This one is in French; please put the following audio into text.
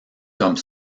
comme